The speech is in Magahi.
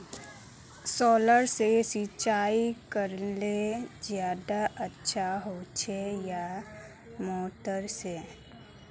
सोलर से सिंचाई करले ज्यादा अच्छा होचे या मोटर से?